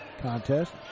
contest